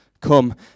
come